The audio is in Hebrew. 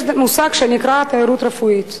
יש מושג שנקרא תיירות רפואית.